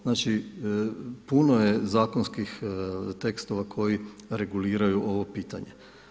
Znači puno je zakonskih tekstova koji reguliraju ovo pitanje.